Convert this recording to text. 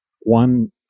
one